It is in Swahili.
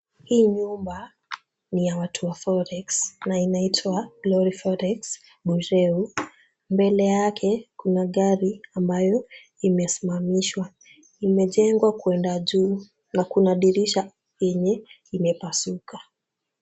Hii nyumba ni ya watu wa Forex na inaitwa Glory Forex Bureau. Mbele yake kuna gari ambayo imesimamishwa. Imejengwa kwenda juu na kuna dirisha yenye imepasuka.